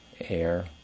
air